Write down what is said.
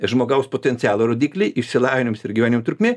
žmogaus potencialo rodikliai išsilavinimas ir gyvenimo trukmė